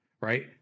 right